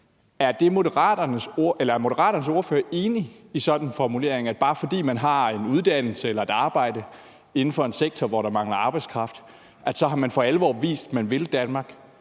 Er Moderaternes ordfører enig i sådan en formulering, altså at bare fordi man har en uddannelse eller et arbejde inden for en sektor, hvor der mangler arbejdskraft, så har man for alvor vist, at man vil Danmark?